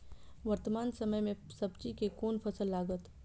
वर्तमान समय में सब्जी के कोन फसल लागत?